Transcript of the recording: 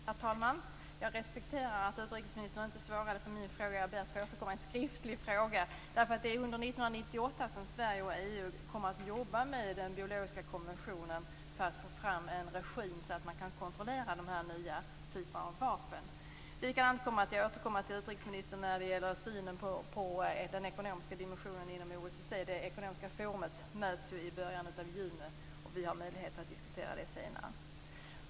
Herr talman! Jag respekterar att utrikesministern inte svarade på min fråga. Jag ber att få återkomma med en skriftlig fråga. Det är ju under 1998 som Sverige och EU kommer att jobba med den biologiska konventionen för att få fram en regim så att man kan kontrollera de här nya typerna av vapen. Likaså kommer jag att återkomma till utrikesministern när det gäller synen på den ekonomiska dimensionen inom OSSE. Det ekonomiska forumet möts ju i början av juni, och vi har möjlighet att diskutera detta senare.